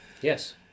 Yes